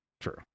true